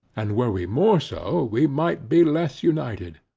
and were we more so, we might be less united.